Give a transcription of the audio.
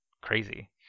crazy